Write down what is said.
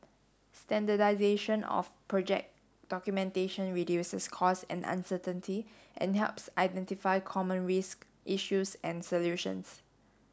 standardisation of project documentation reduces costs and uncertainty and helps identify common risk issues and solutions